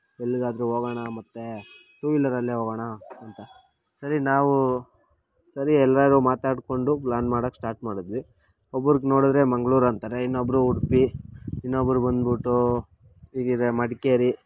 ಎಲ್ಲಿಗಾದ್ರು ಹೋಗೋಣ ಮತ್ತೆ ಟೂ ವೀಲ್ಲರಲ್ಲೇ ಹೋಗೋಣ ಅಂತ ಸರಿ ನಾವು ಸರಿ ಎಲ್ಲರೂ ಮಾತಾಡ್ಕೊಂಡು ಪ್ಲ್ಯಾನ್ ಮಾಡೋಕೆ ಸ್ಟಾರ್ಟ್ ಮಾಡಿದ್ವಿ ಒಬ್ಬರಿಗೆ ನೋಡಿದ್ರೆ ಮಂಗ್ಳೂರು ಅಂತಾರೆ ಇನ್ನೊಬ್ಬರು ಉಡುಪಿ ಇನ್ನೊಬ್ಬರು ಬಂದ್ಬಿಟ್ಟು ಹೀಗಿದೆ ಮಡಿಕೇರಿ